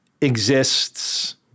exists